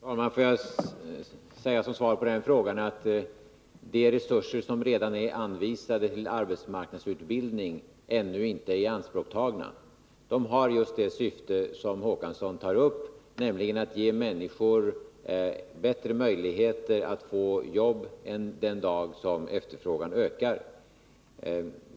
Fru talman! Får jag, som svar på den frågan, säga att de resurser som redan är anvisade till arbetsmarknadsutbildning ännu inte är ianspråktagna. De resurserna har just det syfte Per Olof Håkansson talar om, nämligen att ge människor bättre möjligheter att få jobb den dag efterfrågan på arbetskraft ökar.